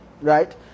Right